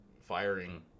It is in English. firing